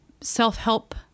self-help